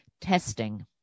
testing